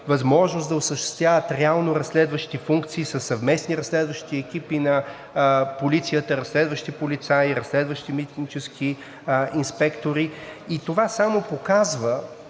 възможност да осъществяват реално разследващи функции със съвместни разследващи екипи на полицията – разследващи полицаи, разследващи митнически инспектори; и това само показва